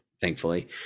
thankfully